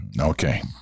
Okay